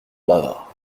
bavard